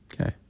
Okay